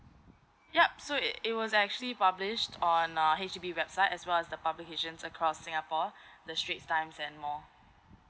yup so it was actually published on uh H_D_B website as well as the publications across singapore the straits times and more